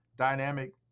dynamic